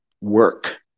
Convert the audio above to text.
work